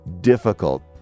difficult